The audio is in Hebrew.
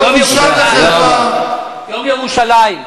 יום ירושלים,